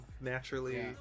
naturally